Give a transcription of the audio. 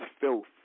filth